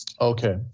Okay